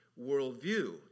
worldview